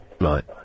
Right